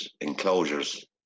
enclosures